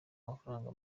amafaranga